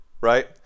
right